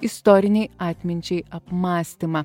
istorinei atminčiai apmąstymą